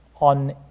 on